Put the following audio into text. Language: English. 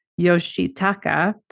Yoshitaka